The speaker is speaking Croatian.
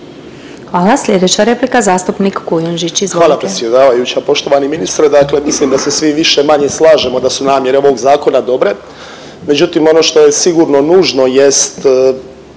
Hvala. Slijedeća replika zastupnik Kujundžić, izvolite. **Kujundžić, Ante (MOST)** Hvala predsjedavajuća. Poštovani ministre dakle mislim da se svi više-manje slažemo da su namjere ovog zakona dobre, međutim ono što je sigurno nužno jest